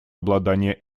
обладания